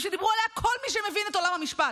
ושדיברו עליה כל מי שמבינים את עולם המשפט,